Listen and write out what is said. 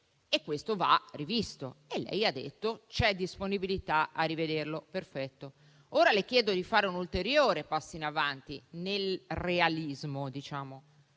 essere rivisto e lei ha detto che c'è disponibilità a farlo. Perfetto. Ora le chiedo di fare un ulteriore passo in avanti nel realismo, ossia